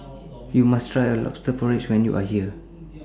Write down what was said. YOU must Try Lobster Porridge when YOU Are here